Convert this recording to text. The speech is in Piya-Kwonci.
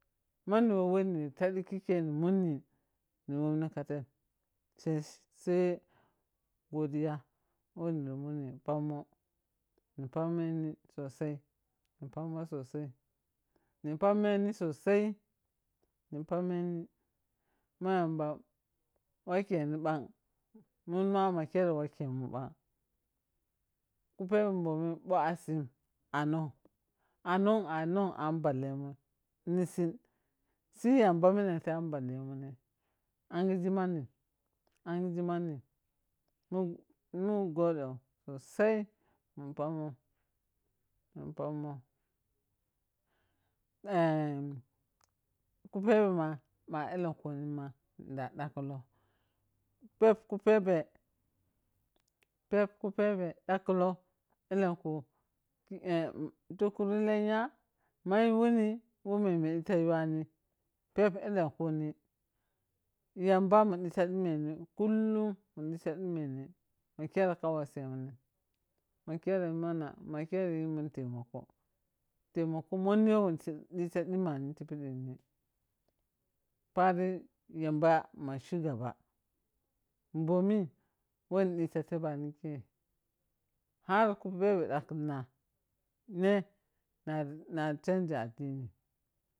Manni wɛ wɔ ni yehbikhikeini munni ni wummna ka tei sai godiya wo niri munni ni phammoh ni phammeni sosai ni phammoh sosai ni phammeni sosai ni phammeni ma yamba whakkyeni ɓhag ku phebhe, bhɔmi bhɔ asi a nhug anhuj ahhug an ɓhallemun nishihn sih yamba nisah an bhallemun anghizii manni anghiziima nni mu mu ghoɗa sosai mu phammoh muphammoh ku phebhe mama ɛhɛlenkuhima da ɗhakkulɔ phep ku pheɓhe phebhe ɗhakkulɔlenku tuku ru lenya mayi woni we memme ɗhi taya wani phep elenhkhu ku ni yamba mu ta ɗhimmeni kullum mu ɗhita ɗhimmeni ma kere ka washemu makere yhin mun te mako temako mhonni ni ni ɗhita ɗhimmani ti phini phari yamba ma shigaba ɓhɔmi wɛ ni ɗhita teɓhebei ta ɗhakkhina ne nari nari chanji addini,